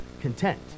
content